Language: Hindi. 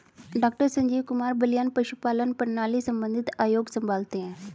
डॉक्टर संजीव कुमार बलियान पशुपालन प्रणाली संबंधित आयोग संभालते हैं